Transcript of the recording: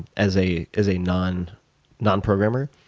as a as a non non programmer,